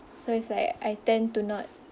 so it's like I tend to not